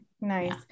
Nice